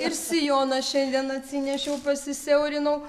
ir sijoną šiandien atsinešiau pasisiaurinau